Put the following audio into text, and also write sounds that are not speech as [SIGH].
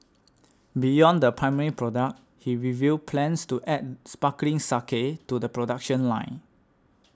beyond the primary product he revealed plans to add sparkling [UNINTELLIGIBLE] to the production line